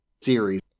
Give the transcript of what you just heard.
series